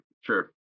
sure